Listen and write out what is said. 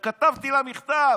שכתבתי לה מכתב